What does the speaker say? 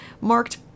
marked